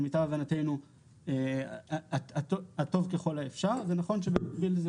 למיטב הבנתנו הטוב ככל האפשר וזה נכון שבמקביל לזה